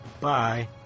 Bye